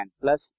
plus